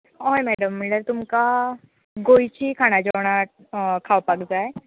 हय मॅडम म्हणल्यार तुमकां गोंयचीं खाणां जेवणां खावपाक जाय